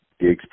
gigs